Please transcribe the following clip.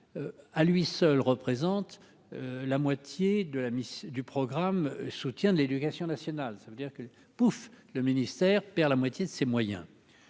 à lui seul représente la moitié de la mission du programme, soutien de l'éducation nationale, ça veut dire que pouf le ministère perd la moitié de ses moyens,